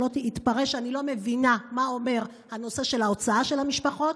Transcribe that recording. שלא יתפרש שאני לא מבינה מה אומר הנושא של הוצאת המשפחות,